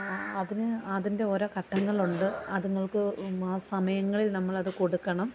അതിന് അതിൻ്റെ ഓരോ ഘട്ടങ്ങളുണ്ട് അതുങ്ങൾക്ക് ആ സമയങ്ങളിൽ നമ്മളത് കൊടുക്കണം